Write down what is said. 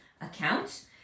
account